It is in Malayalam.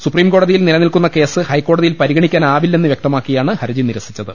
സൂപ്രീംകോടതിയിൽ നിലനിൽക്കുന്ന കേസ് ഹൈക്കോടതിയിൽ പരിഗണിക്കാനാവില്ലെന്ന് വൃക്തമാക്കിയാണ് ഹർജി നിരസിച്ചത്